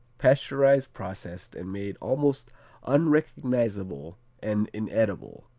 pasteurized, processed and made almost unrecognizable and inedible.